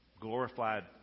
glorified